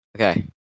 Okay